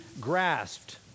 grasped